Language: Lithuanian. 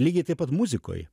lygiai taip pat muzikoj